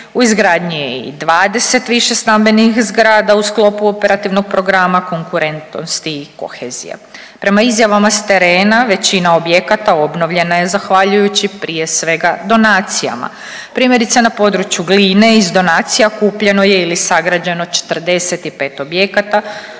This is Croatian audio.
u izgradnji je i 20 višestambenih zgrada u sklopu Operativnog programa konkurentnosti i kohezije. Prema izjavama s terena većina objekata obnovljena je zahvaljujući prije svega donacijama. Primjerice na području Gline iz donacija kupljeno je ili sagrađeno 45 objekata,